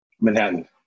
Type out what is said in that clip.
Manhattan